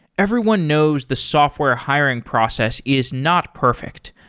everyone knows the software hiring process is not perfect,